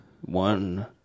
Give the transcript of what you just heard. one